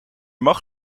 mag